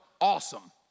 awesome